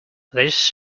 this